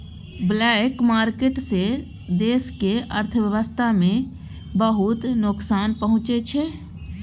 black market सँ देशक अर्थव्यवस्था केँ बहुत नोकसान पहुँचै छै